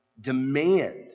demand